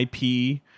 IP